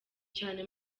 cyane